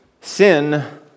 sin